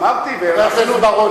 חבר הכנסת בר-און,